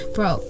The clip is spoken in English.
Bro